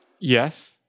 Yes